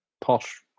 Posh